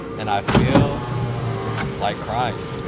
and i feel like crying.